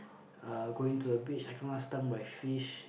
uh going to the beach I kena stung by fish